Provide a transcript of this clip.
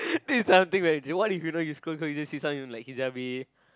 this is something that what if you know you scroll scroll you see someone in like hijabi